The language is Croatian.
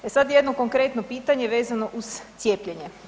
E sad jedno konkretno pitanje vezano uz cijepljenje.